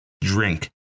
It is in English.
drink